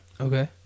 Okay